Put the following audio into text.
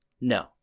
no